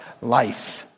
life